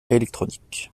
électroniques